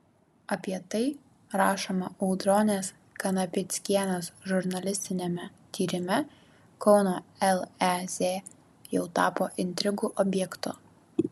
apie tai rašoma audronės kanapickienės žurnalistiniame tyrime kauno lez jau tapo intrigų objektu